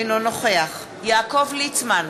אינו נוכח יעקב ליצמן,